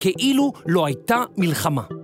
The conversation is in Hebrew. כאילו לא הייתה מלחמה.